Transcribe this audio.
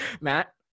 matt